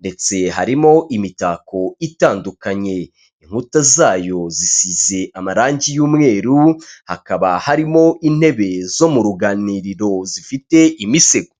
ndetse harimo imitako itandukanye, inkuta zayo zisize amarangi y'umweru hakaba harimo intebe zo mu ruganiriro zifite imisego.